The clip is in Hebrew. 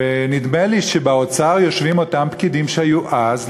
ונדמה לי שבאוצר יושבים אותם פקידים שהיו אז,